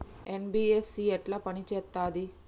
NBFC ఎట్ల పని చేత్తది?